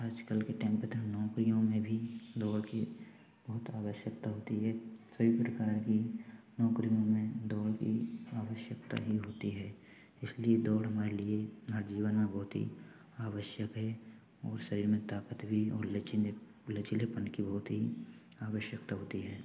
आजकल के टाइम पर तो हम लोगों के युग में भी दौड़ की बहुत आवश्यकता होती है सभी प्रकार की नौकरियों में दौड़ की आवश्यकता होती है इसलिए दौड़ हमारे जीवन में बहुत ही आवश्यक है और शरीर भी और लचीला लचीलेपन की बहुत ही आवश्यकता होती है